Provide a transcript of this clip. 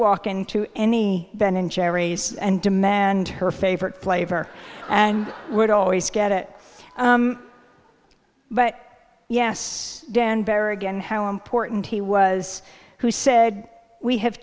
walk into any ben and jerry's and demand her favorite flavor and would always get it but yes dan berrigan how important he was who said we have